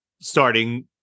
starting